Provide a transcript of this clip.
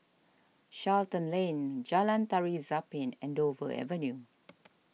Charlton Lane Jalan Tari Zapin and Dover Avenue